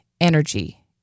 energy